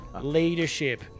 Leadership